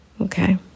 Okay